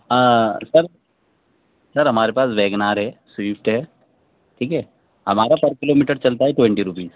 سر sir ہمارے پاس wagon R ہے سویفٹ ہے ٹھیک ہے ہمارا پر کلو میٹر چلتا ہے ٹوینٹی روپیز